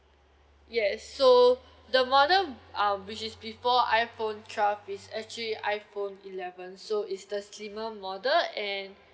yes so the model um which is before iPhone twelve is actually iPhone eleven so is the similar model and